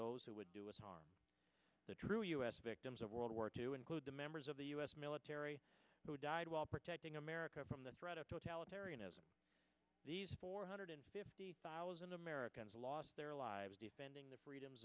those who would do us harm the true us victims of world war two include the members of the u s military who died while protecting america from the threat of totalitarianism these four hundred fifty thousand americans lost their lives defending the freedoms